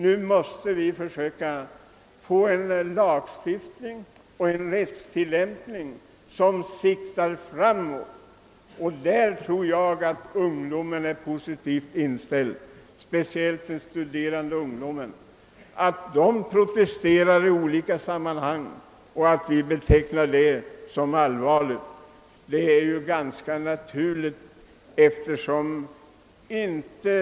Nu måste vi sträva efter en lagstiftning och en rättstillämpning som siktar framåt. Därvidlag tror jag att vår ungdom, och speciellt den studerande ungdomen, är positivt inställd. De unga protesterar då och då, och vi anser det vara allvarligt. Men det är naturligt att de gör det.